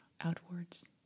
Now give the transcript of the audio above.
outwards